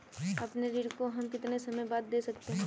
अपने ऋण को हम कितने समय बाद दे सकते हैं?